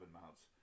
mounts